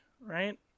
right